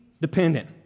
dependent